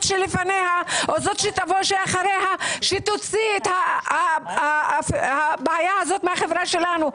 שלפניה או זו שתבוא אחריה שתוציא את הבעיה הזו מהחברה שלנו.